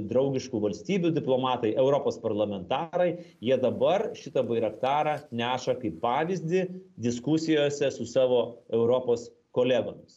draugiškų valstybių diplomatai europos parlamentarai jie dabar šitą bairaktarą neša kaip pavyzdį diskusijose su savo europos kolegomis